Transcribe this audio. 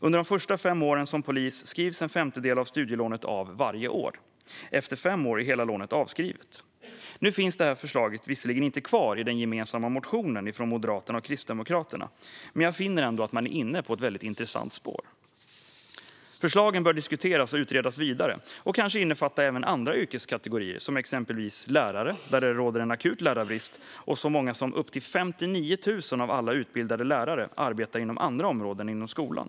Under de första fem åren som polis skrivs en femtedel av studielånet av varje år. Efter fem år är hela lånet avskrivet. Nu finns visserligen inte detta förslag kvar i den gemensamma motionen från Moderaterna och Kristdemokraterna, men jag finner ändå att man är inne på ett intressant spår. Förslagen bör diskuteras och utredas vidare och kanske innefatta även andra yrkeskategorier, exempelvis lärare. Det råder en akut lärarbrist, och så många som upp till 59 000 av alla utbildade lärare arbetar inom andra områden än skolan.